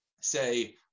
say